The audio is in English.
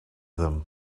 them